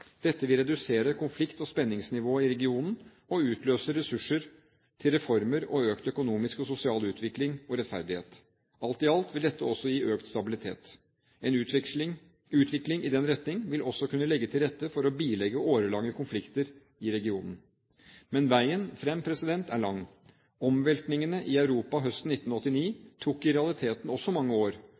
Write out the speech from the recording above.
Dette vil redusere konflikt- og spenningsnivået i regionen og utløse ressurser til reformer og økt økonomisk og sosial utvikling og rettferdighet. Alt i alt vil dette også gi økt stabilitet. En utvikling i den retning vil også kunne legge til rette for å bilegge årelange konflikter i regionene. Men veien fram er lang. Omveltningene i Europa i 1989 tok i realiteten også mange år.